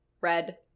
Red